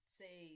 say